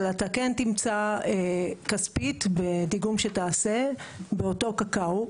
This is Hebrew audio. אבל אתה כן תמצא כספית בדיגום שתעשה באותו קקאו.